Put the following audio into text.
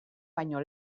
baino